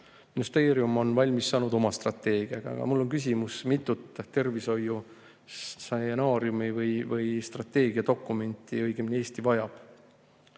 Ministeerium on valmis saanud oma strateegia, aga mul on küsimus: mitut tervishoiustsenaariumi või strateegiadokumenti õieti Eesti vajab?